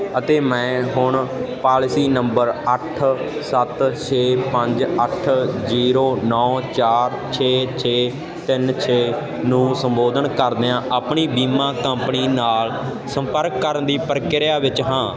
ਅਤੇ ਮੈਂ ਹੁਣ ਪਾਲਿਸੀ ਨੰਬਰ ਅੱਠ ਸੱਤ ਛੇ ਪੰਜ ਅੱਠ ਜੀਰੋ ਨੌ ਚਾਰ ਛੇ ਛੇ ਤਿੰਨ ਛੇ ਨੂੰ ਸੰਬੋਧਨ ਕਰਦਿਆਂ ਆਪਣੀ ਬੀਮਾ ਕੰਪਨੀ ਨਾਲ ਸੰਪਰਕ ਕਰਨ ਦੀ ਪ੍ਰਕਿਰਿਆ ਵਿੱਚ ਹਾਂ